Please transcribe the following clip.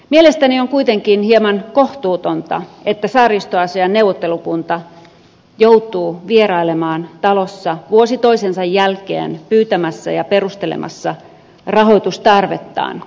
mielestäni on kuitenkin hieman kohtuutonta että saaristoasiain neuvottelukunta joutuu vierailemaan talossa vuosi toisensa jälkeen pyytämässä ja perustelemassa rahoitustarvettaan